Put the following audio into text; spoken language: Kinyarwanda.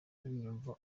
niwumva